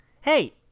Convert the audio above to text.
Hey